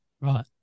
right